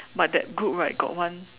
but that group right got one